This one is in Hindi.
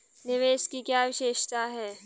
निवेश की क्या विशेषता है?